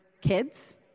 kids